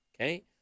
Okay